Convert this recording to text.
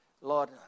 Lord